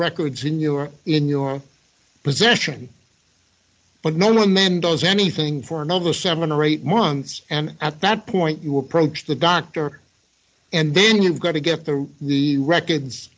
records in your in your possession but no one man does anything for another seven or eight months and at that point you approach the doctor and then you've got to get to the records